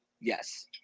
Yes